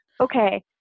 okay